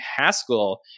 Haskell